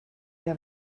der